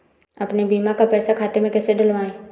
अपने बीमा का पैसा खाते में कैसे डलवाए?